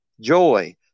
joy